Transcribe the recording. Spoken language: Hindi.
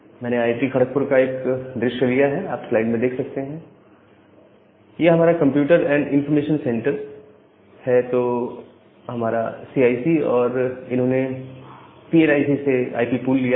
मैंने आईआईटी खड़कपुर का एक दृश्य लिया है आप स्लाइड में देख सकते हैं यह हमारा कंप्यूटर एंड इनफॉर्मेटिक्स सेंटर है तो हमारा सीआईसी और इन्होंने पी एन आई सी से आईपी पूल लिया है